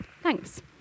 thanks